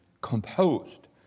composed